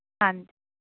ਹਾਂਜੀ